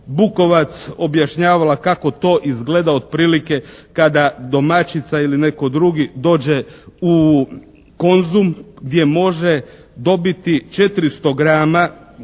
Bukovac objašnjavala kako to izgleda otprilike kada domaćica ili netko drugi dođe u "Konzum" gdje može dobiti 400 grama